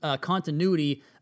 continuity